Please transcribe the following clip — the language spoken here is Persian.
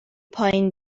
پایین